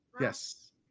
Yes